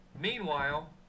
Meanwhile